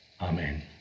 Amen